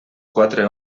quatre